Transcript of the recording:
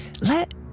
Let